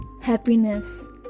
happiness